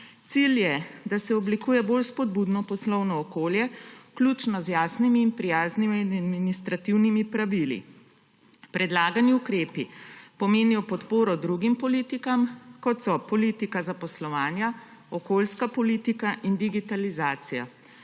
Cilj je, da se oblikuje bolj spodbudno poslovno okolje, vključno z jasnimi in prijaznimi administrativnimi pravili. Predlagani ukrepi pomenijo podporo drugim politikam, kot so politika zaposlovanja, okoljska politika in digitalizacija.